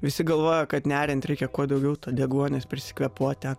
visi galvoja kad neriant reikia kuo daugiau to deguonies prisikvėpuoti